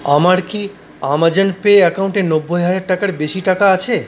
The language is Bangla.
আমার কি আমাজন পে অ্যাকাউন্টে নব্বই হাজার টাকার বেশি টাকা আছে